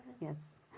Yes